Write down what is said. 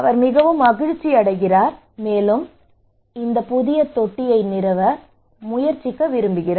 அவர் மகிழ்ச்சியடைகிறார் மேலும் இந்த புதிய தொட்டியை நிறுவ முயற்சிக்க விரும்புகிறார்